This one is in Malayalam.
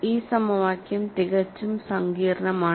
ഈ സമവാക്യം തികച്ചും സങ്കീർണമാണ്